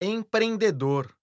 Empreendedor